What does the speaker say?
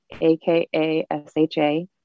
A-K-A-S-H-A